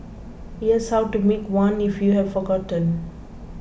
here's how to make one if you have forgotten